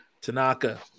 Tanaka